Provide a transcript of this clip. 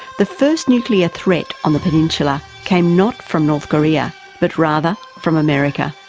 the first nuclear threat on the peninsula came not from north korea but rather from america.